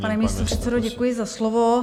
Pane místopředsedo, děkuji za slovo.